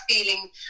feeling